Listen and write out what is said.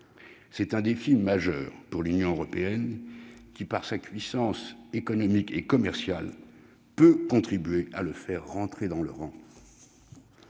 C'est un défi majeur pour l'Union européenne, qui, par sa puissance économique et commerciale, peut contribuer à le faire rentrer dans le rang.